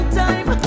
time